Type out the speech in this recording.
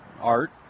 art